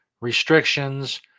restrictions